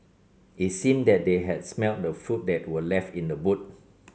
it seemed that they had smelt the food that were left in the boot